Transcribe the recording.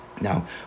Now